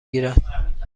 گیرد